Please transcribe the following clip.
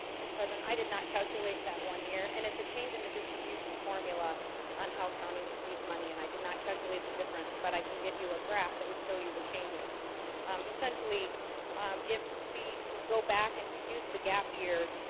mr. president i did not calculate that one year, and it's a change in the distribution formula on how counties received money and i did not calculate the difference, but i can get you a graph. that would show you the changes essentially if we go back and use the gap year